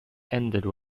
ended